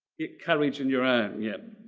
it courage in your own. yeah,